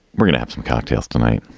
we're gonna have some cocktails tonight.